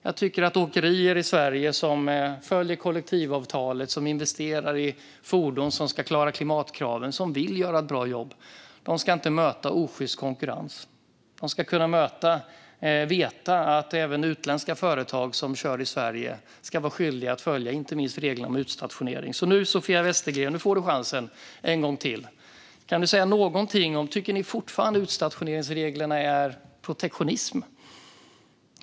Jag tycker att åkerier i Sverige som följer kollektivavtalet, som investerar i fordon som ska klara klimatkraven och som vill göra ett bra jobb inte ska möta osjyst konkurrens. De ska kunna veta att även utländska företag som kör i Sverige är skyldiga att följa inte minst reglerna om utstationering. Nu får du chansen en gång till, Sofia Westergren! Kan du säga någonting om huruvida ni fortfarande tycker att utstationeringsreglerna är protektionism?